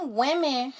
women